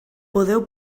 podeu